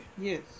yes